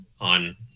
on